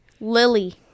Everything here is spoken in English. lily